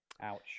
Ouch